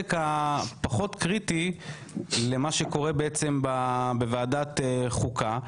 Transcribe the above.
הפחות קריטי לעומת מה שקורה בוועדת חוקה.